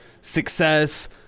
success